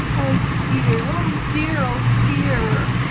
oh, dear oh, dear oh, dear!